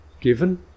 given